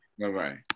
Bye-bye